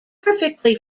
perfectly